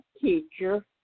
teacher